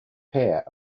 pair